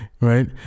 right